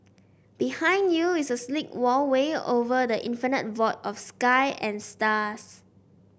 behind you is a sleek walkway over the infinite void of sky and stars